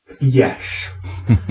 yes